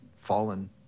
fallen